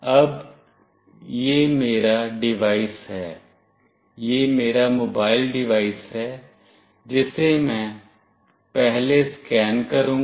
अब यह मेरा डिवाइस है यह मेरा मोबाइल डिवाइस है जिसे मैं पहले स्कैन करूंगा